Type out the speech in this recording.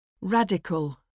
Radical